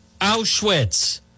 Auschwitz